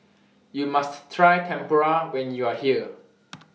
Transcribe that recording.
YOU must Try Tempura when YOU Are here